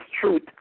truth